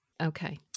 Okay